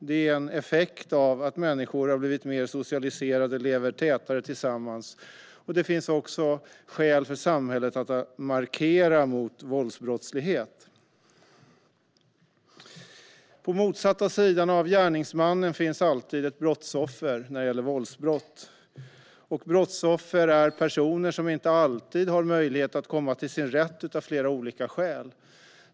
Det är en effekt av att människor har blivit mer socialiserade och lever tätare tillsammans, och det finns också skäl för samhället att markera mot våldsbrottslighet. På motsatta sidan av gärningsmannen finns alltid ett brottsoffer när det gäller våldsbrott. Brottsoffer är personer som av olika skäl inte alltid har möjlighet att komma till sin rätt.